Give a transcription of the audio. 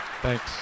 Thanks